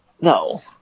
No